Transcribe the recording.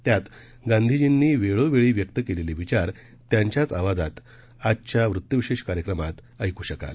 त्यात गांधीजींनी वेळोवेळी व्यक्त केलेले विचार त्यांच्याच आवाजात आजच्या वृत्तविशेष कार्यक्रमात ऐक् शकाल